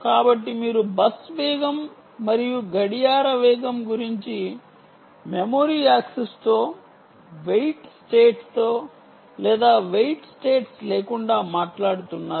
కాబట్టి మీరు బస్ వేగం మరియు గడియార వేగం గురించి మెమరీ యాక్సెస్తో వెయిట్ స్టేట్స్తో లేదా వెయిట్ స్టేట్స్ లేకుండా మాట్లాడుతున్నారా